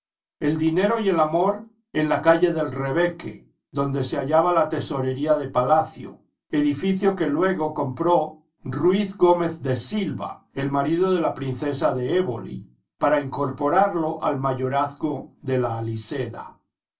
el dinero y el amor en la calle del rebeque donde se hallaba la tesorería de palacio edificio que luego compró ruy gómez de silva el marido de la princesa de eboli para incorporarlo al mayorazgo de la